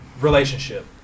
relationship